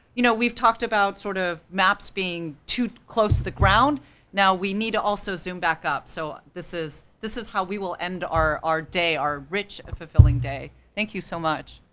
you know, we've talked about sort of maps being too close to the ground now we need to also zoom back up, so this is, this is how we will end our our day, our rich, fulfilling day. thank you so much.